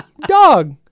dog